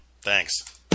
Thanks